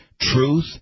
Truth